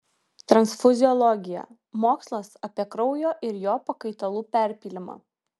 transfuziologija mokslas apie kraujo ir jo pakaitalų perpylimą